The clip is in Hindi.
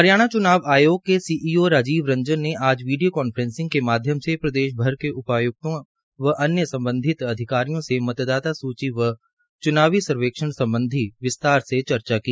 हरियाणा च्नाव आयोग के सीईओ राजीव रंजन ने आज वीडियो कॉन्फ्रैंसिंग के माध्यम से प्रदेश भर के उपायूक्तों व अन्य सम्बन्धित अधिकारियों से मतदाता सूची व चूनावी सर्वेक्षण सबंधी विस्तार से चर्चा की